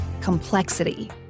complexity